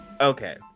Okay